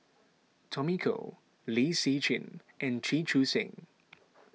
Tommy Koh Lin Hsin Chee and Chee Chu Seng